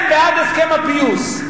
הם בעד הסכם הפיוס.